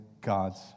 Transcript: God's